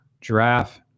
Giraffe